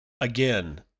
Again